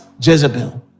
Jezebel